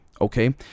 okay